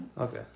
Okay